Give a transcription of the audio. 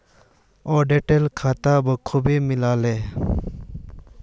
auditor खाता बखूबी मिला ले